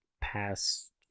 past